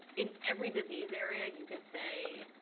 in every disease area, you can say,